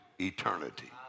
eternity